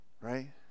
right